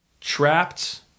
Trapped